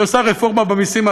שהיא עושה רפורמה במסים.